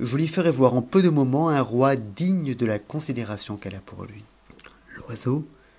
je lui ferai voir en peu de moments un roi digne de la considération qu'e a pour lui